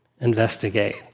investigate